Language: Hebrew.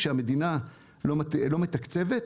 כאשר המדינה לא מתקצבת,